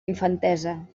infantesa